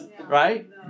Right